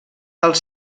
els